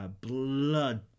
blood